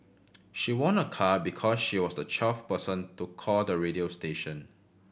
she won a car because she was the twelfth person to call the radio station